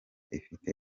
ifite